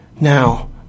Now